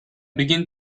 begin